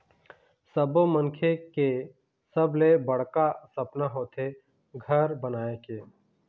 सब्बो मनखे के सबले बड़का सपना होथे घर बनाए के